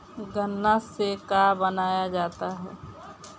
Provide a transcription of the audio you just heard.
गान्ना से का बनाया जाता है?